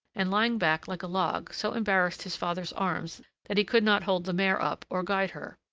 and, lying back like a log, so embarrassed his father's arms that he could not hold the mare up or guide her.